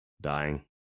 dying